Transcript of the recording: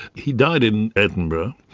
he died in edinburgh.